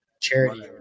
charity